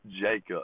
jacob